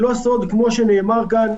כמו שנאמר כאן,